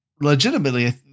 legitimately